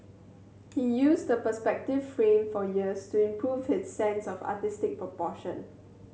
he used the perspective frame for years to improve his sense of artistic proportion